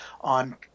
on